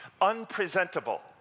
unpresentable